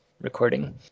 recording